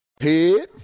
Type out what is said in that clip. Head